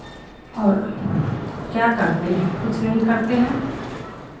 और क्या करते हैं कुछ नहीं करते हैं